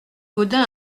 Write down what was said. gaudin